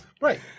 Right